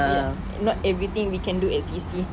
ya~ not everything we can do at C_C